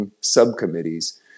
subcommittees